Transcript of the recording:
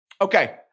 Okay